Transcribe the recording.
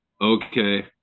okay